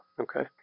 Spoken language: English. okay